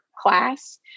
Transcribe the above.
class